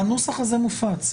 הנוסח הזה מופץ.